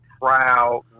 proud